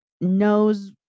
knows